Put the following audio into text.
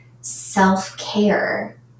self-care